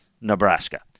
Nebraska